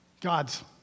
God's